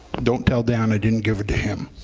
don't tell dan i didn't give it to him.